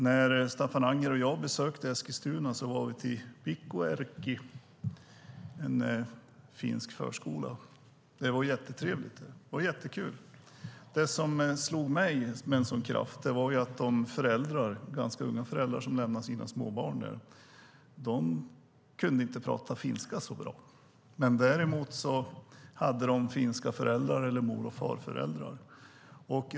När Staffan Anger och jag besökte Eskilstuna var vi på Pikku-Erkki, en finsk förskola. Det var jättetrevligt, jättekul. Det som slog mig med en sådan kraft var att de ganska unga föräldrar som lämnade sina små barn där inte kunde tala finska så bra. Däremot hade de finska föräldrar eller mor och farföräldrar.